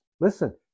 Listen